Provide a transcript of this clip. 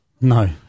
no